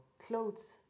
clothes